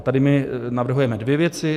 Tady navrhujeme dvě věci.